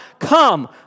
Come